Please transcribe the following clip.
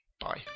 bye